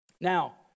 Now